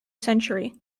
century